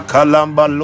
Kalamba